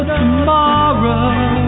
tomorrow